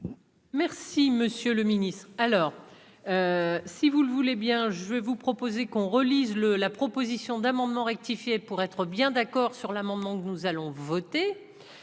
Merci, monsieur le Ministre, alors si vous le voulez bien je vais vous proposer qu'on relise le la proposition d'amendement rectifié pour être bien d'accord sur l'amendement que nous allons voter,